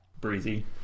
Breezy